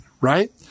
right